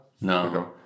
No